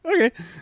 Okay